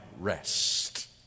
rest